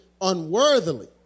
unworthily